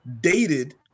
dated